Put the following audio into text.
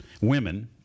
women